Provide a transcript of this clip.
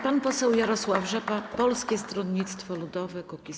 Pan poseł Jarosław Rzepa, Polskie Stronnictwo Ludowe - Kukiz15.